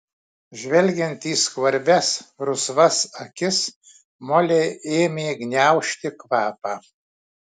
žvelgiant į skvarbias rusvas akis molei ėmė gniaužti kvapą